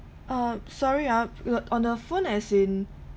um sorry ah on the phone as in